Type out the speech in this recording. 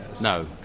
No